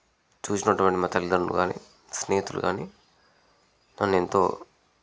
చూసినటువంటి మా తల్లిదండ్రులు కానీ స్నేహితులు కానీ నన్ను ఎంతో